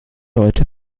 leute